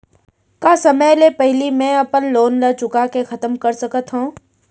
का समय ले पहिली में अपन लोन ला चुका के खतम कर सकत हव?